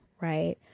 right